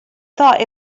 thought